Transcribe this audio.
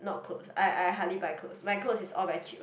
not clothes I I hardly buy clothes my clothes is all very cheap [one]